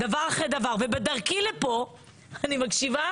בדרכי לפה אני מקשיבה